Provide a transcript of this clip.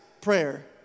prayer